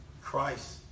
Christ